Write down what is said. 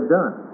done